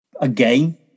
Again